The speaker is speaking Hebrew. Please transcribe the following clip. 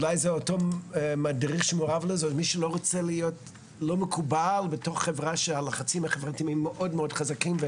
וחניך לא רוצה להיות לא מקובל בחברה שהלחצים החברתיים חזקים מאוד.